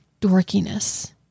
dorkiness